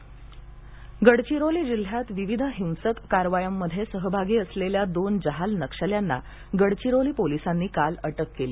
नक्षल अटक गडचिरोली जिल्ह्यात विविध हिंसक कारवायांमध्ये सहभागी असलेल्या दोन जहाल नक्षल्यांना गडचिरोली पोलिसांनी काल अटक केली